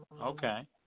Okay